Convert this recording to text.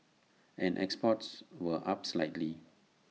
and exports were up slightly